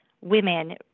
women